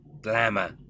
glamour